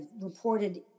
reported